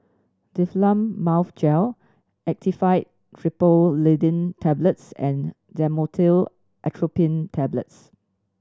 Difflam Mouth Gel Actifed Triprolidine Tablets and Dhamotil Atropine Tablets